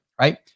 Right